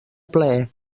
plaer